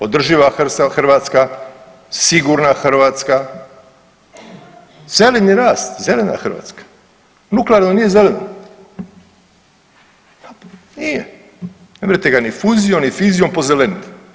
Održiva Hrvatska, sigurna Hrvatska, zeleni rast, zelena Hrvatska, nuklearno nije zeleno nije, ne mrete ga ni fuzijom i ni fizijom pozelenit.